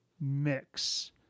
mix